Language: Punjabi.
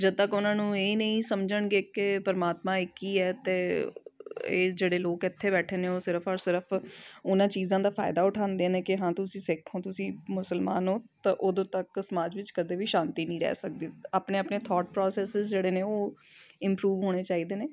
ਜਦੋਂ ਤੱਕ ਉਹਨਾਂ ਨੂੰ ਇਹ ਹੀ ਨਹੀਂ ਸਮਝਣਗੇ ਕਿ ਪਰਮਾਤਮਾ ਇੱਕ ਹੀ ਹੈ ਅਤੇ ਇਹ ਜਿਹੜੇ ਲੋਕ ਇੱਥੇ ਬੈਠੇ ਨੇ ਉਹ ਸਿਰਫ ਔਰ ਸਿਰਫ ਉਹਨਾਂ ਚੀਜ਼ਾਂ ਦਾ ਫ਼ਾਇਦਾ ਉਠਾਉਂਦੇ ਨੇ ਕਿ ਹਾਂ ਤੁਸੀਂ ਸਿੱਖ ਹੋ ਤੁਸੀਂ ਮੁਸਲਮਾਨ ਹੋ ਤਾਂ ਉਦੋਂ ਤੱਕ ਸਮਾਜ ਵਿੱਚ ਕਦੇ ਵੀ ਸਾਂਤੀ ਨਹੀਂ ਰਹਿ ਸਕਦੀ ਆਪਣੇ ਆਪਣੇ ਥੋਟ ਪ੍ਰੋਸੈਸਿਸ ਜਿਹੜੇ ਨੇ ਉਹ ਇੰਪਰੂਵ ਹੋਣੇ ਚਾਹੀਦੇ ਨੇ